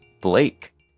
Blake